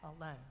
alone